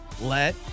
let